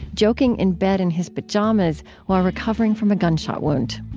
joking in bed in his pajamas while recovering from a gunshot wound.